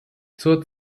zur